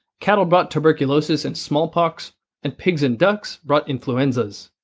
cattle brought tuberculosis and smallpox and pigs and ducks brought influenzas.